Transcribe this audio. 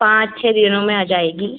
पाँच छः दिनों में आ जाएगी